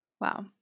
Wow